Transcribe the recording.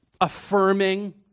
affirming